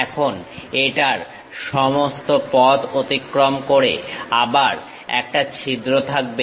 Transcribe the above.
এখন এটার সমস্ত পথ অতিক্রম করে আবার একটা ছিদ্র থাকবে